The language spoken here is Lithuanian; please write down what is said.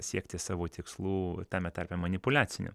siekti savo tikslų tame tarpe manipuliacinių